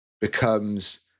becomes